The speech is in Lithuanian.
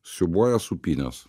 siūbuoja supynes